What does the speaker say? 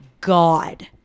God